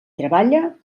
treballa